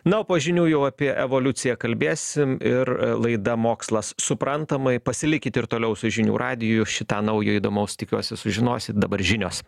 na o po žinių jau apie evoliuciją kalbėsim ir laida mokslas suprantamai pasilikit ir toliau su žinių radiju šį tą naujo įdomaus tikiuosi sužinosit dabar žinios